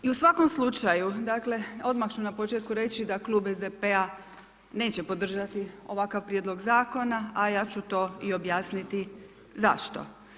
I u svakom slučaju, dakle odmah ću na početku reći da klub SDP-a neće podržati ovakav prijedlog zakona a ja ću to i objasniti zašto.